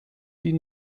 die